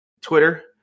Twitter